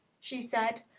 she said,